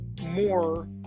more